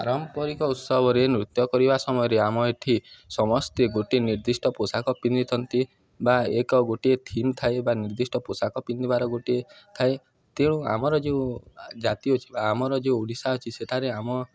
ପାରମ୍ପରିକ ଉତ୍ସବରେ ନୃତ୍ୟ କରିବା ସମୟରେ ଆମ ଏଠି ସମସ୍ତେ ଗୋଟିଏ ନିର୍ଦ୍ଦିଷ୍ଟ ପୋଷାକ ପିନ୍ଧିଥାନ୍ତି ବା ଏକ ଗୋଟିଏ ଥିମ୍ ଥାଏ ବା ନିର୍ଦ୍ଦିଷ୍ଟ ପୋଷାକ ପିନ୍ଧିବାର ଗୋଟିଏ ଥାଏ ତେଣୁ ଆମର ଯେଉଁ ଜାତି ଅଛି ବା ଆମର ଯେଉଁ ଓଡ଼ିଶା ଅଛି ସେଠାରେ ଆମ